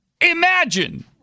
imagine